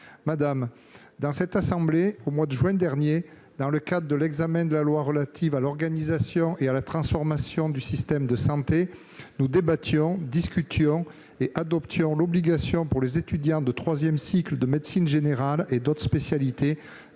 santé. Dans cette assemblée, au mois de juin dernier, dans le cadre de l'examen du projet de loi relatif à l'organisation et à la transformation du système de santé, nous débattions de l'obligation pour les étudiants de troisième cycle de médecine générale et d'autres spécialités